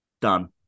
done